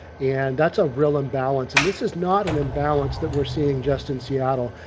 and that's a real imbalance and this is not an imbalance that we're seeing. just in seattle,